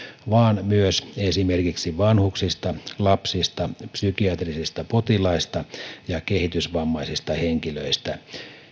vaan myös esimerkiksi vanhuksista lapsista psykiatrisista potilaista ja kehitysvammaisista henkilöistä